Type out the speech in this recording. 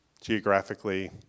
geographically